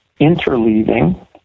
interleaving